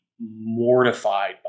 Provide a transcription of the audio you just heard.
mortified